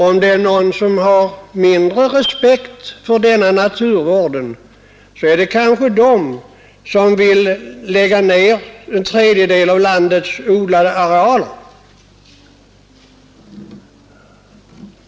Om några har mindre respekt för denna naturvård, är det kanske de som vill lägga ner en tredjedel av landets odlade areal.